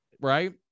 right